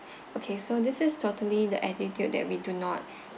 okay so this is totally the attitude that we do not